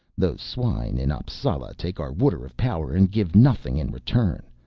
those swine in appsala take our water-of-power and give nothing in return.